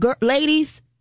ladies